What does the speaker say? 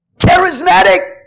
Charismatic